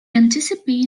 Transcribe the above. anticipate